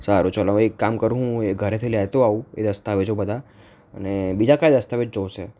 સારું ચાલો હવે એક કામ કરું હું એ ઘરેથી લેતો આવું એ દસ્તાવેજો બધા અને બીજા કયા દસ્તાવેજ જોઇશે